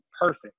perfect